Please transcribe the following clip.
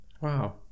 wow